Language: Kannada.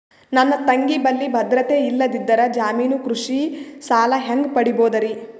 ನನ್ನ ತಂಗಿ ಬಲ್ಲಿ ಭದ್ರತೆ ಇಲ್ಲದಿದ್ದರ, ಜಾಮೀನು ಕೃಷಿ ಸಾಲ ಹೆಂಗ ಪಡಿಬೋದರಿ?